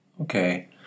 Okay